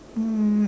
um